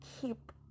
keep